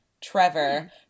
Trevor